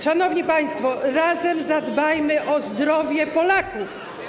Szanowni państwo, razem zadbajmy o zdrowie Polaków.